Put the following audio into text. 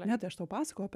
ne tai aš tau pasakojau apie